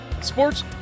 sports